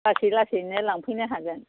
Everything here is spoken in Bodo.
लासै लासैनो लांफैनो हागोन